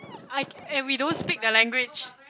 I and we don't speak their language